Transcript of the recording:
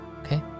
okay